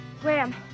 Graham